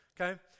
Okay